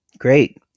Great